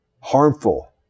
Harmful